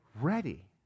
Ready